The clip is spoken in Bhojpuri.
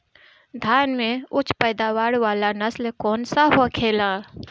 धान में उच्च पैदावार वाला नस्ल कौन सा होखेला?